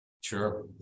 Sure